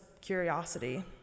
curiosity